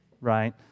right